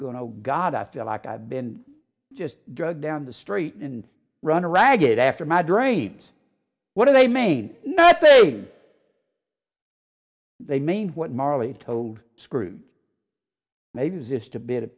going to god i feel like i've been just drug down the street and run ragged after my dreams what are they main not say they mean what marley told screw maybe it's just a bit